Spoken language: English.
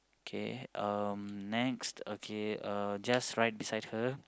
K um next okay uh just right beside her